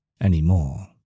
anymore